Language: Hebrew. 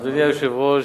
אדוני היושב-ראש,